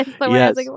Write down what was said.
yes